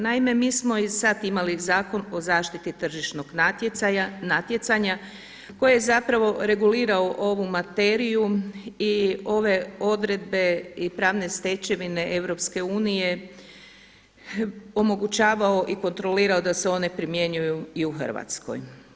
Naime, mi smo i sad imali zakon o zaštiti tržišnog natjecanja koji je zapravo regulirao ovu materiju i ove odredbe i pravne stečevine EU omogućavao i kontrolirao da se one primjenjuju i u Hrvatskoj.